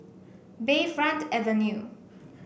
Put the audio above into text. Bayfront Avenue